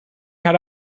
had